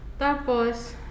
Tapos